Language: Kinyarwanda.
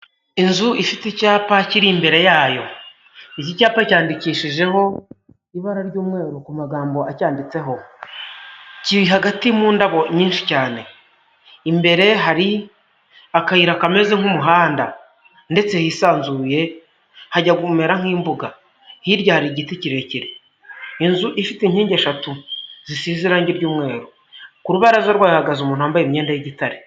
Inzu ifite icyapa kiri imbere yayo; iki cyapa cyanyandikishijeho ibara ry'umweru ku magambo acyanditseho. Kiri hagati mu ndabo nyinshi cyane, imbere hari akayira kameze nk'umuhanda ndetse hisanzuye hajya kumera nk'imbuga; hirya hari igiti kirekire. Inzu ifite inkingi eshatu zisize irangi ry'mweru ku rubaraza rwayo hahagaze umuntu wambaye imyenda y'igitare.